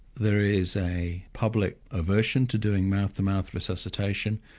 there is a public aversion to doing mouth-to-mouth resuscitation,